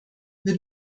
wir